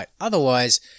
otherwise